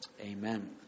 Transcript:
amen